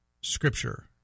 scripture